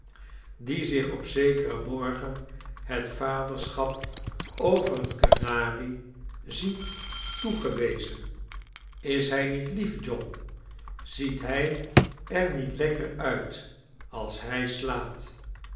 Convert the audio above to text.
die zich op zekeren morgen het vaderschap over een kanarie ziet toegewezen is hij niet lief john ziet hij er niet lekker uit als hi slaapt